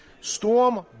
Storm